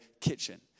kitchen